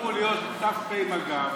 יעברו להיות ת"פ מג"ב,